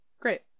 Great